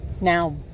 now